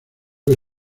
que